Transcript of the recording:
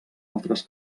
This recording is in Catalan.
altres